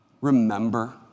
Remember